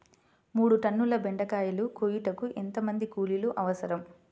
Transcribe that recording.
మూడు టన్నుల బెండకాయలు కోయుటకు ఎంత మంది కూలీలు అవసరం?